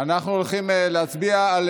הולכים להצביע על